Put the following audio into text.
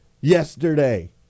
yesterday